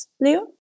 Leo